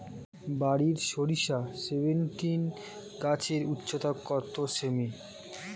বারি সরিষা সেভেনটিন গাছের উচ্চতা কত সেমি?